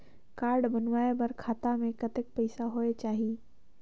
Card बनवाय बर खाता मे कतना पईसा होएक चाही?